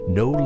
no